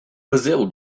brazil